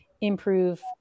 improve